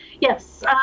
Yes